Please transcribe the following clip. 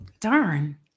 Darn